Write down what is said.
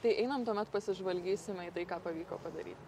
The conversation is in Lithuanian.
tai einam tuomet pasižvalgysime į tai ką pavyko padaryt